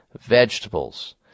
vegetables